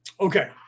okay